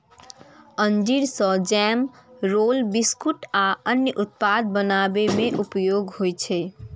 अंजीर सं jam, roll, biscuit आ अन्य उत्पाद बनाबै मे उपयोग होइ छै